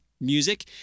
music